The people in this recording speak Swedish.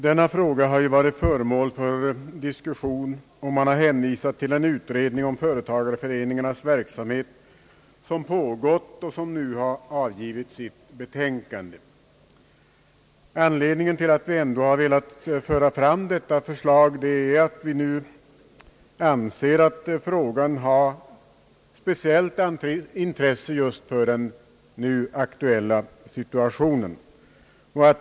Den här frågan har ju varit föremål för diskussion, och man har hänvisat till den utredning om företagareföreningarnas verksamhet som pågått och som nu avgivit sitt betänkande. Anledningen till att vi ändå velat föra fram vårt förslag är att frågan enligt vår mening har speciellt intresse just i den nu aktuella situationen.